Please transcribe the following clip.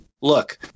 look –